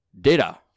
data